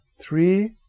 three